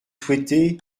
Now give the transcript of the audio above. souhaiter